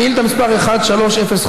שאילתה מס' 1305,